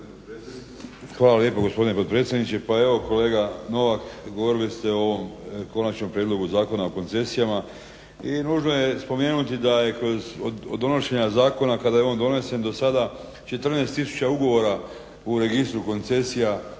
Hvala lijepo gospodine predsjedniče. Pa evo kolega Novak govorili ste o ovom konačnom prijedlogu Zakona o koncesijama i nužno je spomenuti da je od donošenja zakona kada je on donesen do sada 14 tisuća ugovora u registru koncesija